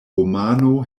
romano